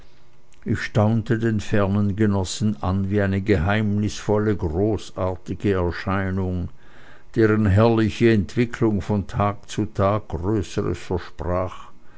ich staunte den fernen genossen an wie eine geheimnisvolle großartige erscheinung deren herrliche entwicklung von tag zu tage größeres versprach